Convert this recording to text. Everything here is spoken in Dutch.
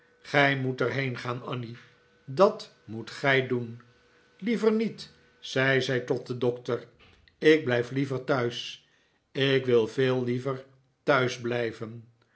gij moet er heen gaan annie dat moet gij doen liever niet zei zij tot den doctor ik blijf liever thuis ik wil veel liever thuis blijven